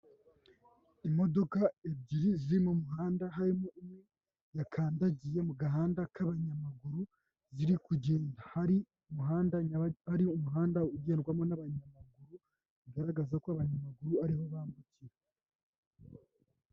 Imodoka ebyiri ziri mu muhanda harimo imwe yakandagiye mu gahanda k'abanyamaguru, ziri kugenda ahari umuhanda ugendwamo n'abanyamaguru; bigaragaza ko abanyamaguru ari ho bambukira.